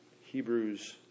Hebrews